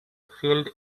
field